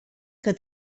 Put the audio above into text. que